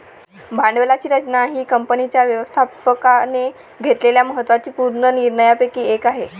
भांडवलाची रचना ही कंपनीच्या व्यवस्थापकाने घेतलेल्या महत्त्व पूर्ण निर्णयांपैकी एक आहे